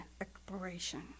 exploration